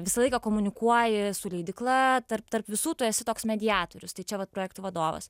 visą laiką komunikuoji su leidykla tarp tarp visų tu esi toks mediatorius tai čia vat projektų vadovas